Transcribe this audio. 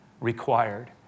required